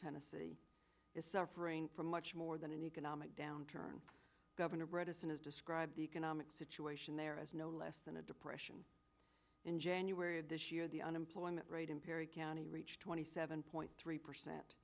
tennessee is suffering from much more than an economic downturn governor bredesen has described the economic situation there as no less than a depression in january of this year the unemployment rate in perry county reached twenty seven point three percent